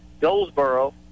Goldsboro